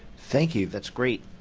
thank you. that's great.